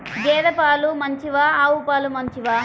గేద పాలు మంచివా ఆవు పాలు మంచివా?